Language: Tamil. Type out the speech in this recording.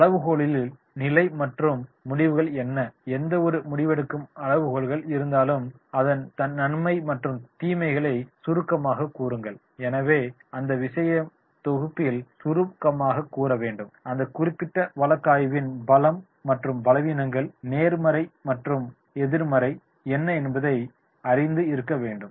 அளவுகோல்களின் நிலை மற்றும் முடிவுகள் என்ன எந்தவொரு முடிவெடுக்கும் அளவுகோல்கள் இருந்தாலும் அதன் நன்மை மற்றும் தீமைகளை சுருக்கமாகக் கூறுங்கள் எனவே அந்த விஷயத்தை தொகுப்பில் சுருக்கமாக கூற வேண்டும் அந்த குறிப்பிட்ட வழக்கு ஆய்வின் பலம் மற்றும் பலவீனங்கள் நேர்மறை அல்லது எதிர்மறை என்ன என்பதையும் அறிந்து இருக்க வேண்டும்